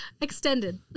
Extended